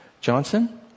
Johnson